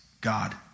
God